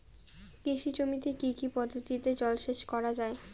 কৃষি জমিতে কি কি পদ্ধতিতে জলসেচ করা য়ায়?